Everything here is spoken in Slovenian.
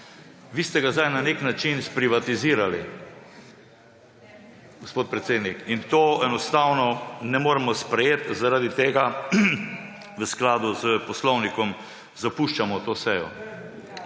Vi ste ga zdaj na nek način sprivatizirali, gospod predsednik. In tega enostavno ne moremo sprejeti. Zaradi tega v skladu s poslovnikom zapuščamo to sejo.